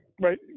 right